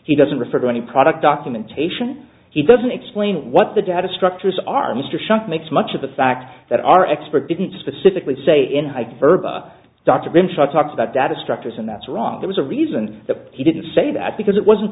he doesn't refer to any product documentation he doesn't explain what the data structures are mr shuck makes much of the fact that our expert didn't specifically say in hyperbole dr grimshaw talks about data structures and that's wrong there was a reason that he didn't say that because it wasn't